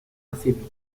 affaibli